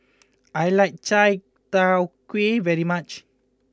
I like Chai Tow Kuay very much